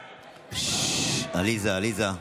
בעד עליזה, עליזה,